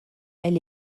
elle